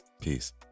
Peace